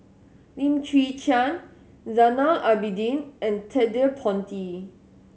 Lim Chwee Chian Zainal Abidin and Ted De Ponti